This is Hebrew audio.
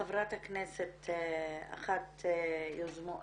חברת הכנסת יפעת שאשא ביטון,